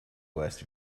worst